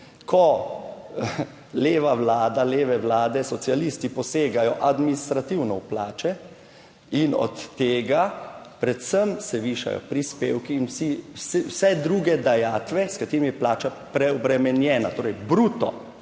ko leva vlada, leve vlade, socialisti posegajo administrativno v plače in od tega predvsem se višajo prispevki in vsi, vse druge dajatve, s katerimi je plača preobremenjena, torej bruto